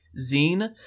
zine